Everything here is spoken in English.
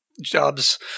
Jobs